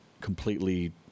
completely